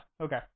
okay